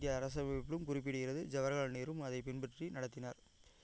இந்திய அரசியலமைப்பிலும் குறிப்பிடுகிறது ஜவஹர்லால் நேருவும் அதை பின்பற்றி நடத்தினார்